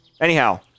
Anyhow